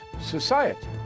society